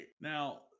now